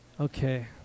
Okay